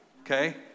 okay